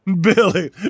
Billy